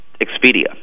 Expedia